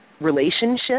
relationship